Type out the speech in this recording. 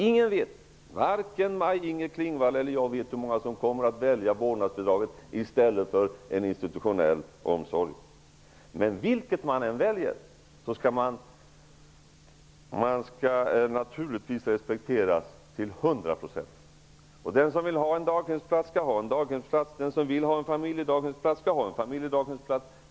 Ingen vet, vare sig Maj-Inger Klingvall eller jag vet hur många som kommer att välja vårdnadsbidraget i stället för en institutionell omsorg. Men vilket man än väljer skall man naturligtvis respekteras till hundra procent. Den som vill ha en daghemsplats skall ha en daghemsplats. Den som vill ha en familjedaghemsplats skall ha en familjedaghemsplats.